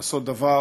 לעשות דבר